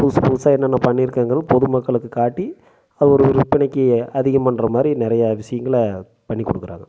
புதுசு புதுசாக என்னென்ன பண்ணிருக்கேங்கிறது பொதுமக்களுக்கு காட்டி அது ஒரு ஒரு விற்பனைக்கு அதிகம் பண்ணுற மாதிரி நிறையா விஷியங்களை பண்ணிக் கொடுக்கறாங்க